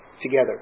together